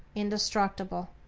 indestructible.